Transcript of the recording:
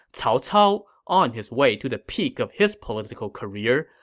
cao cao, on his way to the peak of his political career,